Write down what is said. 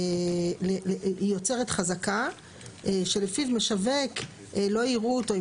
היא יוצרת חזקה שלפיו משווק לא יראו אותו אם